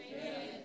Amen